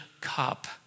cup